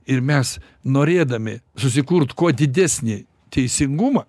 ir mes norėdami susikurt kuo didesnį teisingumą